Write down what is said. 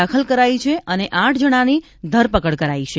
દાખલ કરાઇ છે અને આઠ જણાની ધરપકડ કરાઇ છે